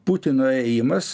putino ėjimas